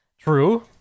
True